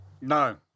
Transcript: No